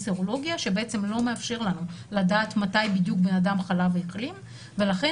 סרולוגיה שבעצם לא מאפשר לנו לדעת מתי בדיוק בן אדם חלה והחלים ולכן